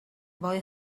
boy